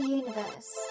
universe